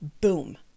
boom